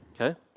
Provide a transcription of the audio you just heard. okay